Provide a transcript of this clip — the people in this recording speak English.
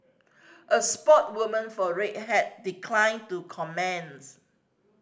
a for Red Hat declined to comments